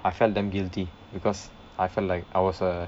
I felt damn guilty because I felt like I was uh